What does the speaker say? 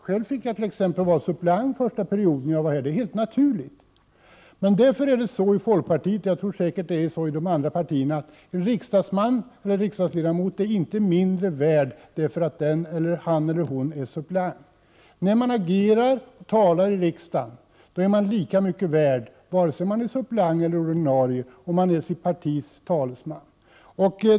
Själv fick jag t.ex. vara suppleant under min första mandatperiod, och det är en helt naturlig ordning. Inom folkpartiet är det så — och det är säkerligen så också i de andra riksdagspartierna — att en riksdagsledamot inte är mindre värd därför att han eller hon är suppleant. När man talar i riksdagen är man lika mycket värd vare sig man är suppleant eller ordinarie, och man är sitt partis talesman.